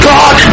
God